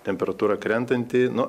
temperatūra krentanti nu